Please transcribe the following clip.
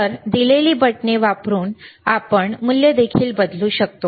तर दिलेली बटणे वापरून आपण मूल्य देखील बदलू शकतो